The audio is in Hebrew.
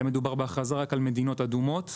ואז היה מדובר בהכרזה רק על מדינות אדומות.